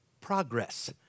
progress